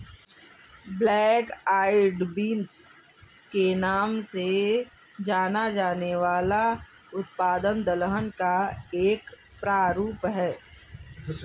black eyed beans के नाम से जाना जाने वाला उत्पाद दलहन का एक प्रारूप है